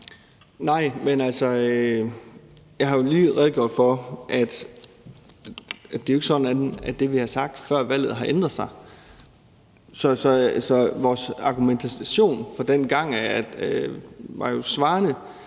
Nej, men altså, jeg har jo lige redegjort for, at det ikke er sådan, at det, vi har sagt før valget, har ændret sig. Så vores argumentation fra dengang svarede